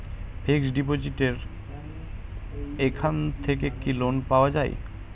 Fix ডিপোজিটের এখান থেকে কি লোন পাওয়া যায়?